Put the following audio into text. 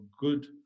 good